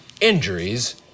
injuries